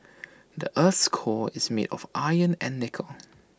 the Earth's core is made of iron and nickel